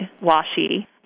washi